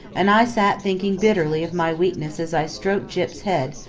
and i sat thinking bitterly of my weakness as i stroked gyp's head,